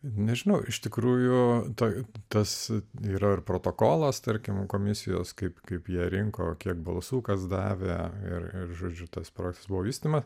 nežinau iš tikrųjų tai tas yra ir protokolas tarkim komisijos kaip kaip jie rinko kiek balsų kas davė ir žodžiu tas projektas buvo vystymą